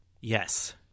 Yes